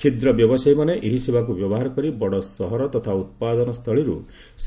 କ୍ଷୁଦ୍ର ବ୍ୟବସାୟୀମାନେ ଏହି ସେବାକୁ ବ୍ୟବହାର କରି ବଡ ସହର ତଥା ଉତ୍ପାଦନ ସ୍ଥଳରୁ